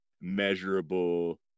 measurable